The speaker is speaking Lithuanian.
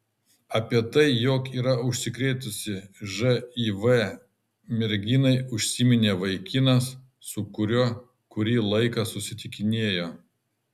apie tai jog yra užsikrėtusi živ merginai užsiminė vaikinas su kuriuo kurį laiką susitikinėjo